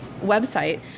website